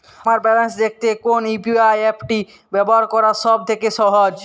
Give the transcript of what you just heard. আমার ব্যালান্স দেখতে কোন ইউ.পি.আই অ্যাপটি ব্যবহার করা সব থেকে সহজ?